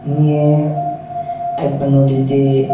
নিয়ে একবার নদীতে